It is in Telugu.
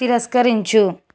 తిరస్కరించు